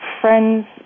Friends